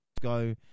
go